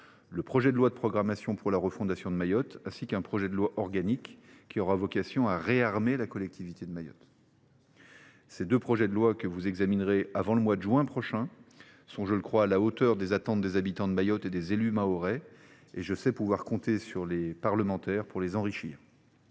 le projet de loi de programmation pour la refondation de Mayotte, ainsi qu’un projet de loi organique qui aura vocation à « réarmer » la collectivité de Mayotte. Ces deux textes, que vous examinerez avant le mois de juin prochain, sont – je le crois – à la hauteur des attentes des habitants de Mayotte et des élus mahorais. Et je sais pouvoir compter sur les parlementaires pour les enrichir.